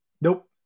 Nope